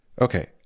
Okay